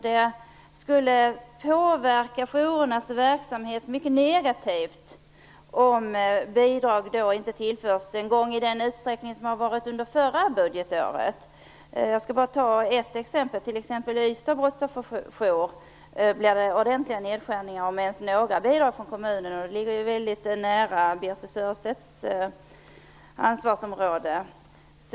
Det skulle påverka jourernas verksamhet mycket negativt om bidrag inte tillförs ens i den utsträckning som har varit under det förra budgetåret. För exempelvis Ystad brottsofferjour blir det fråga om ordentliga nedskärningar, om det över huvud taget blir några bidrag från kommunen. Detta ligger ju nära Birthe Sörestedts ansvarsområde.